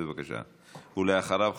270 ו-271.